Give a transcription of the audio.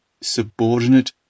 subordinate